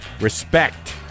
respect